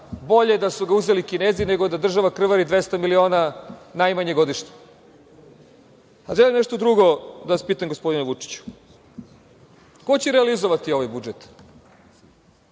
Bolje da su ga uzeli Kinezi nego da država krvari 200 miliona najmanje godišnje. Želim nešto drugo da vas pitam, gospodine Vučiću - ko će realizovati ovaj budžet?